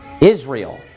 Israel